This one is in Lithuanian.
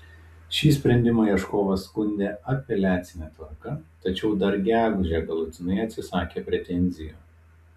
šį sprendimą ieškovas skundė apeliacine tvarka tačiau dar gegužę galutinai atsisakė pretenzijų